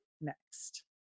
next